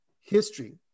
history